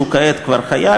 שהוא כעת כבר חייל,